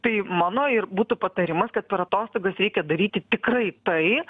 tai mano ir būtų patarimas kad per atostogas reikia daryti tikrai tai